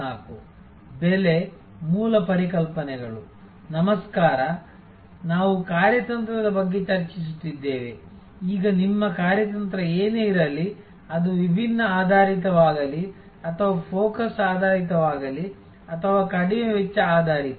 ನಮಸ್ಕಾರ ನಾವು ಕಾರ್ಯತಂತ್ರದ ಬಗ್ಗೆ ಚರ್ಚಿಸುತ್ತಿದ್ದೇವೆ ಈಗ ನಿಮ್ಮ ಕಾರ್ಯತಂತ್ರ ಏನೇ ಇರಲಿ ಅದು ವಿಭಿನ್ನ ಆಧಾರಿತವಾಗಲಿ ಅಥವಾ ಫೋಕಸ್ ಆಧಾರಿತವಾಗಲಿ ಅಥವಾ ಕಡಿಮೆ ವೆಚ್ಚ ಆಧಾರಿತ